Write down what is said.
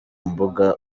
mbuga